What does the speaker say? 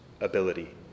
ability